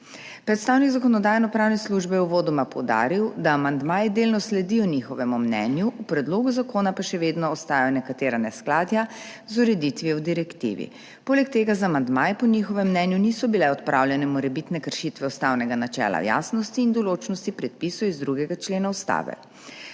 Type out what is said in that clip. Predstavnik Zakonodajno-pravne službe je uvodoma poudaril, da amandmaji delno sledijo njihovemu mnenju, v predlogu zakona pa še vedno ostajajo nekatera neskladja z ureditvijo v direktivi. Poleg tega z amandmaji po njihovem mnenju niso bile odpravljene morebitne kršitve ustavnega načela jasnosti in določnosti predpisov iz 2. člena Ustave.